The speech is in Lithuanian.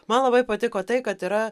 man labai patiko tai kad yra